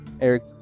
Eric